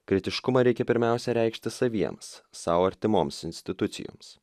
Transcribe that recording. kritiškumą reikia pirmiausia reikšti saviems sau artimoms institucijoms